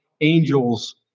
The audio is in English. angels